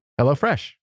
HelloFresh